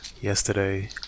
yesterday